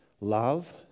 love